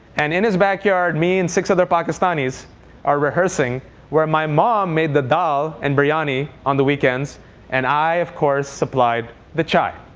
and in his backyard means six other pakistanis are rehearsing where my mom made the dhal and biriyani on the weekends and i, of course, supplied the chai.